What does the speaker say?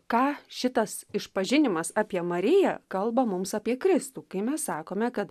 ką šitas išpažinimas apie mariją kalba mums apie kristų kai mes sakome kad